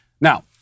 Now